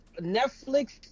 Netflix